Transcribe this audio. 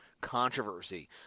controversy